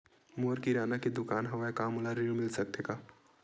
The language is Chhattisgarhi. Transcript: मोर किराना के दुकान हवय का मोला ऋण मिल सकथे का?